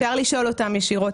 אפשר לשאול אותם ישירות,